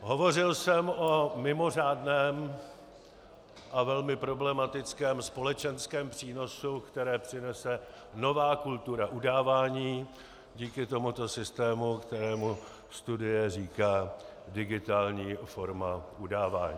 Hovořil jsem o mimořádném a velmi problematickém společenském přínosu, který přinese nová kultura udávání díky tomuto systému, kterému studie říká digitální forma udávání.